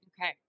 Okay